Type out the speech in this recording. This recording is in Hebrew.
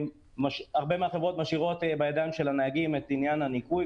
הרבה מהחברות משאירות בידיים של הנהגים את עניין הניקוי,